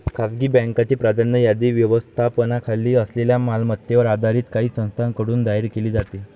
खासगी बँकांची प्राधान्य यादी व्यवस्थापनाखाली असलेल्या मालमत्तेवर आधारित काही संस्थांकडून जाहीर केली जाते